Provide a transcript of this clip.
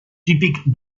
típic